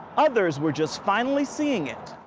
others were just finally seeing it.